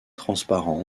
transparents